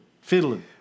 Fiddling